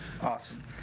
Awesome